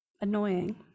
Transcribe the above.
Annoying